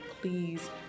please